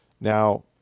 Now